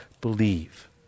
believe